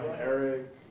Eric